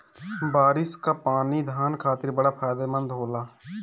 बारिस कअ पानी धान खातिर बड़ा फायदेमंद होला